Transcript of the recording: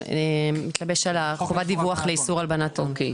שמתלבש על חובת דיווח לאיסור הלבנת הון.